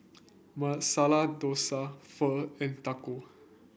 Masala Dosa Pho and Taco